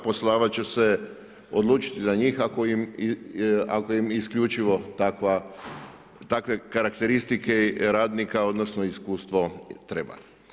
Poslodavac će se odlučiti na njih ako im isključivo takve karakteristike radnika, odnosno iskustvo treba.